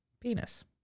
Penis